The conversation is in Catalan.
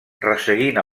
resseguint